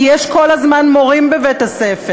כי יש כל הזמן מורים בבית-הספר,